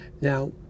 now